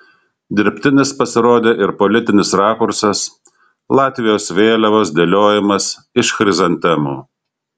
dirbtinis pasirodė ir politinis rakursas latvijos vėliavos dėliojimas iš chrizantemų